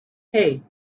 hey